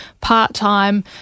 part-time